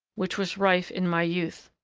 which was rife in my youth.